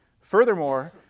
Furthermore